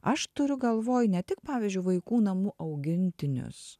aš turiu galvoj ne tik pavyzdžiui vaikų namų augintinius